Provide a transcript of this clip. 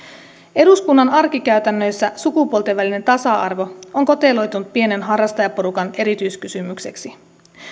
eduskunnan arkikäytännöissä sukupuolten välinen tasa arvo on koteloitunut pienen harrastajaporukan erityiskysymykseksi